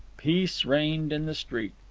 peace reigned in the street.